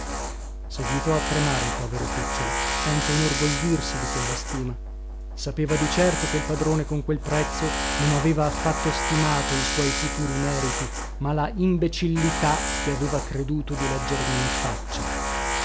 seguitò a tremare il povero cucciolo senza inorgoglirsi punto di quella stima sapeva di certo che il padrone con quel prezzo non aveva affatto stimato i suoi futuri meriti ma la imbecillità che aveva creduto di leggermi in faccia